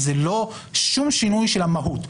זה לא שום שינוי של המהות.